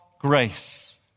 grace